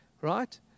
right